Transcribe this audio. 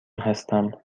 هستم